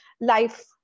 life